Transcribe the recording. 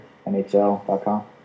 NHL.com